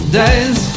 days